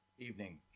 Evening